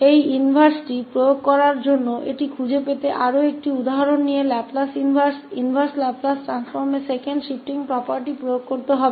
इस इनवर्स को लागू करने के लिए इसे खोजने के लिए एक और उदाहरण इस इनवर्स लैपलेस ट्रांसफॉर्म पर इस दूसरी शिफ्टिंग property को लागू करने के लिए